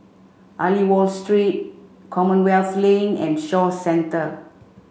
Aliwal Street Commonwealth Lane and Shaw Centre